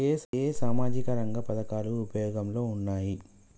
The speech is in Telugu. ఏ ఏ సామాజిక రంగ పథకాలు ఉపయోగంలో ఉన్నాయి?